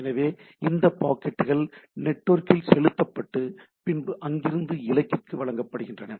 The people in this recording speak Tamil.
எனவே இந்த பாக்கெட்டுகள் நெட்வொர்க்கில் செலுத்தப்பட்டு பின்பு அங்கிருந்து இலக்கிற்கு வழங்கப்படுகின்றன